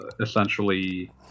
essentially